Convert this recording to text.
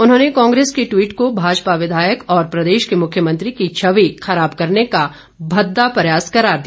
उन्होंने कांग्रेस के टिवट को भाजपा विधायक और प्रदेश के मुख्यमंत्री की छवि खराब करने का भद्दा प्रयास करने का भी करार दिया